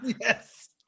Yes